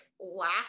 laugh